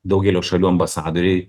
daugelio šalių ambasadoriai